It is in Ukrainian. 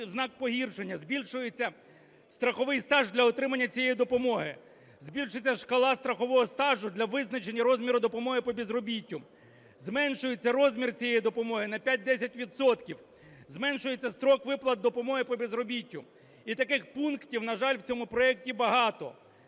знак погіршення: збільшується страховий стаж для отримання цієї допомоги, збільшується шкала страхового стажу для визначення розміру допомоги по безробіттю, зменшується розмір цієї допомоги на 5-10 відсотків, зменшується строк виплат допомоги по безробіттю, і таких пунктів, на жаль, в цьому проекті багато.